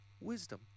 wisdom